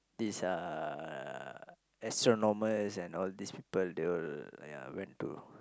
this uh astronomers and all these people they'll went to